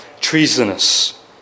treasonous